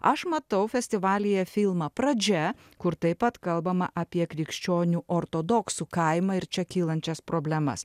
aš matau festivalyje filmą pradžia kur taip pat kalbama apie krikščionių ortodoksų kaimą ir čia kylančias problemas